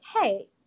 hey